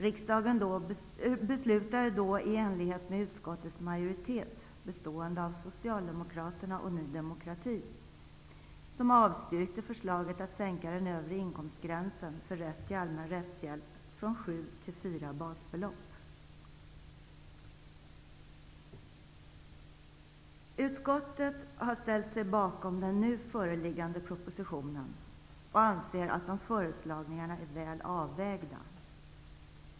Riksdagen beslutade då i enlighet med utskottets majoritet, bestående av Socialdemokraterna och Ny demokrati, som avstyrkte förslaget att sänka den övre inkomstgränsen för rätt till allmän rättshjälp från sju till fyra basbelopp. Utskottet har nu ställt sig bakom den föreliggande propositionen och anser de föreslagna förändringarna väl avvägda.